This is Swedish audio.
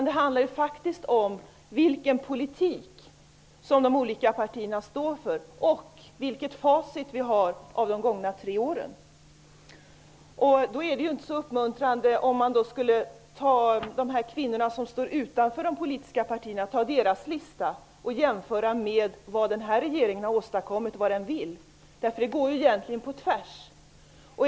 Det handlar faktiskt om vilken politik de olika partierna står för, och där har vi ju facit från de gångna tre åren. Om man tar listan med önskemål från de kvinnor som står utanför de politiska partierna och jämför den med vad den nuvarande regeringen har åstadkommit och vad den vill åstadkomma är resultatet inte så uppmuntrande. Det går helt enkelt på tvärs mot deras önskemål.